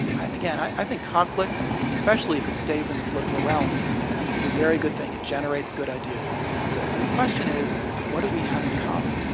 again, i think conflict especially if it stays in the political realm is a very good thing. it generates good ideas the the question is what do we have in common.